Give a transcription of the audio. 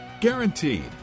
Guaranteed